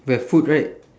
wait ah food right